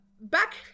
Back